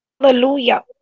Hallelujah